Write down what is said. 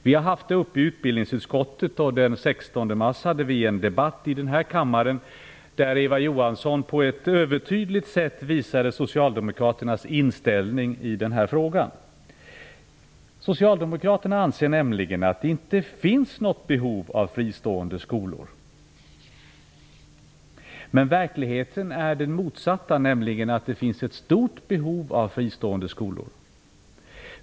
Vi har tagit upp denna fråga i utbildningsutskottet. Den 16 mars hade vi en debatt i denna kammare där Eva Johansson på ett övertydligt sätt visade Socialdemokraternas inställning i denna fråga. Socialdemokraterna anser nämligen att det inte finns något behov av fristående skolor. Men verkligheten är den motsatta, nämligen att det finns ett stort behov av fristående skolor.